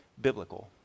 biblical